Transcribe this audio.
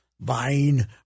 buying